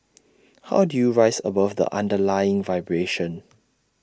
how do you rise above the underlying vibration